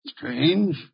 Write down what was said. Strange